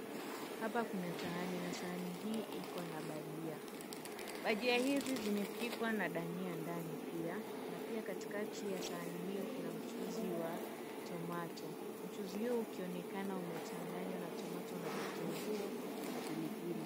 Hapa kuna sahani, na sahani hii iko na bhajia. Bhajia hizi zimepikwa na dhania ndani pia na pia katikati ya sahani hio kuna mchuzi wa tomato . Mchuzi huo ukionekana umechanganywa na tomato na vitunguu na pilipili.